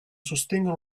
sostengono